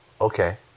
Okay